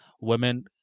Women